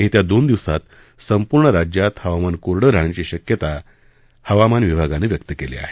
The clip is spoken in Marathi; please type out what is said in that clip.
येत्या दोन दिवसात संपूर्ण राज्यात हवामान कोरडं राहण्याची शक्यता हवामान विभागानं व्यक्त केली आहे